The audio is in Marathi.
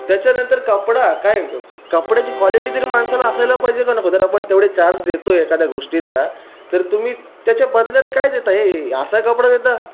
त्याच्यानंतर कपडा काय कपड्याची क्वालिटी तरी माणसाला असायला पाहिजे का नको जर आपण तेवढे चार्ज देतो आहे एखाद्या गोष्टीचा तर तुम्ही त्याच्या बदल्यात काय देत आहे असा कपडा देता